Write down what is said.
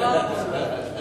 לא אהרן ברק.